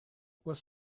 were